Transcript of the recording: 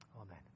Amen